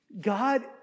God